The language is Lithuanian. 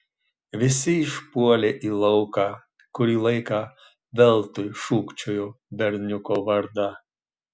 visi išpuolė į lauką kurį laiką veltui šūkčiojo berniuko vardą